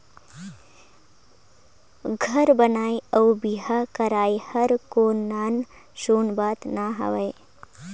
घर बनई अउ बिहा करई हर कोनो नान सून बात ना हवे